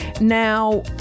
Now